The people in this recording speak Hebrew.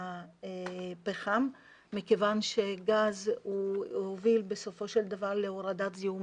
לפחם מכיוון שגז הוא הוביל בסופו של דבר להורדת זיהום